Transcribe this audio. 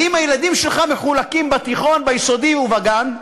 ואם הילדים שלך מחולקים, בתיכון, ביסודי ובגן,